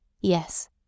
Yes